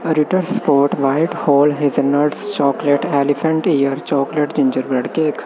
ritter sport white whole hazelnut chocolate elephant ear chocolate ginger bread cake